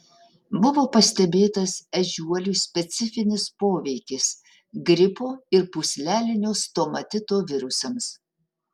buvo pastebėtas ežiuolių specifinis poveikis gripo ir pūslelinio stomatito virusams